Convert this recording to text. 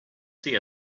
see